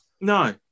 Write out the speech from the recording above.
No